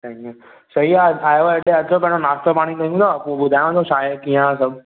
त हीअं सही आहे ठाहियो आहे हेॾे अचो पहिरों नाश्तो पाणी कयूं त पोइ ॿुधाया थो छा आहे कीअं आहे सभु